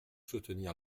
soutenir